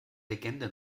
legende